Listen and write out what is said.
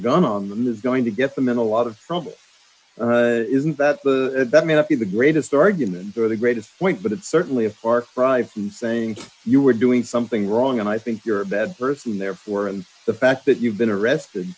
gun on them the going to get them in a lot of trouble isn't that that may not be the greatest argument or the greatest point but it's certainly a far cry from saying you were doing something wrong and i think you're a bad person therefore and the fact that you've been arrested